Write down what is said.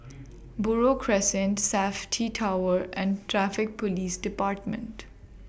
Buroh Crescent Safti Tower and Traffic Police department